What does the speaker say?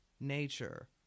nature